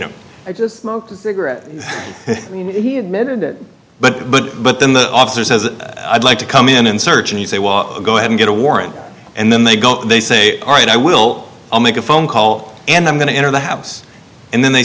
know i just smoke a cigarette he admitted it but but but then the officer says i'd like to come in and search and he said go ahead and get a warrant and then they go they say all right i will make a phone call and i'm going to enter the house and then they